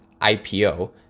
IPO